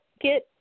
get